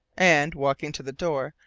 and, walking to the door,